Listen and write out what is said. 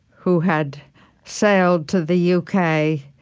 who had sailed to the u k.